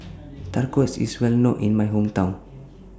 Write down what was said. Tacos IS Well known in My Hometown